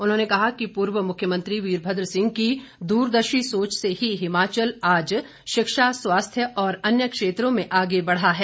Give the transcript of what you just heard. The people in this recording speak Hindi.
उन्होंने कहा कि पूर्व मुख्यमंत्री वीरभद्र सिंह की दूरदर्शी सोच से ही हिमाचल आज शिक्षा स्वास्थ्य और अन्य क्षेत्रों में आगे बढ़ा है